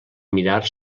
mirar